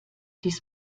dies